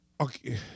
Okay